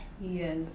Yes